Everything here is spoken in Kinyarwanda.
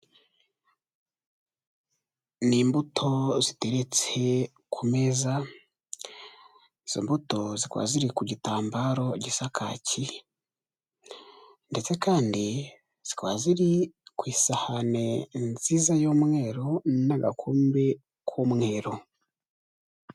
Ni imbuto ziteretse ku meza, izo mbuto zikaba ziri ku gitambaro gisa kaki, ndetse kandi zikaba ziri ku isahani nziza y'umweru n'agakombe k'umweru.